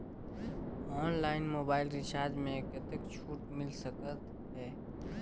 Online mobile recharge मे कतेक छूट मिल सकत हे?